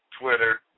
Twitter